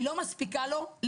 היא לא מספיקה לו למחיה,